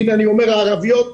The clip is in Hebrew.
והנה אני אומר: הערביות.